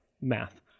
math